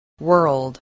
world